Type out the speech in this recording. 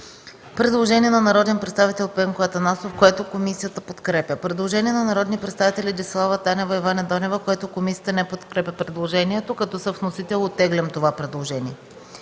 Предложение на народните представители Десислава Танева и Ваня Донева. Комисията не подкрепя предложението. Като съвносител – оттеглям това предложение.